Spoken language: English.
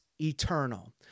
eternal